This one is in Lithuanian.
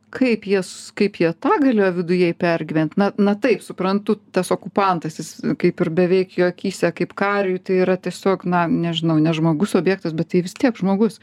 kaip jies kaip jie tą galėjo viduje pergyvent na na taip suprantu tas okupantas jis kaip ir beveik jo akyse kaip kariui tai yra tiesiog na nežinau ne žmogus objektas bet tai vis tiek žmogus